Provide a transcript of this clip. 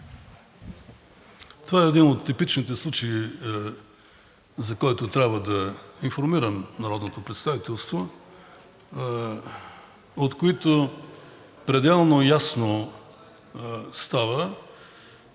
Това е един от типичните случаи, за който трябва да информирам народното представителство, от които става пределно ясно как